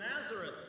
Nazareth